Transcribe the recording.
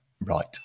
right